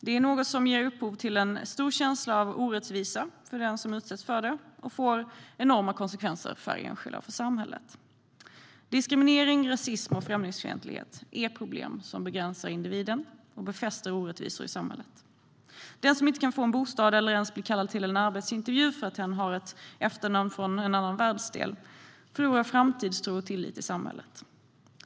Det är något som ger upphov till en stor känsla av orättvisa hos den som utsätts för det, och det får enorma konsekvenser för enskilda och samhället. Diskriminering, rasism och främlingsfientlighet är problem som begränsar individen och befäster orättvisor i samhället. Den som inte kan få en bostad eller inte ens bli kallad till arbetsintervju för att hen har ett efternamn från en annan världsdel förlorar framtidstro och tillit till samhället.